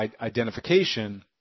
identification